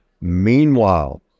Meanwhile